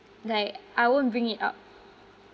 like I won't bring it up